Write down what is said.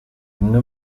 bimwe